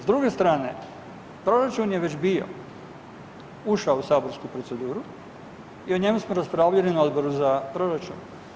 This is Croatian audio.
S druge strane, proračun je već bio, ušao u saborsku proceduru i o njemu smo raspravljali na Odboru za proračun.